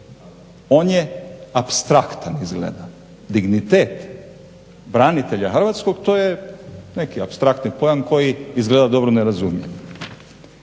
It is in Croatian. On je apstraktan izgleda. Dignitet branitelja hrvatskog to je neki apstraktni pojam koji izgleda dobro ne razumijemo.